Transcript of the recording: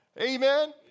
Amen